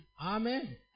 Amen